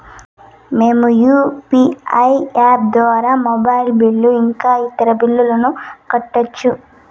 మేము UPI app ద్వారా mobile bill ఇంకా ఇతర బిల్లులను కట్టొచ్చు